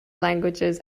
languages